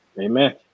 Amen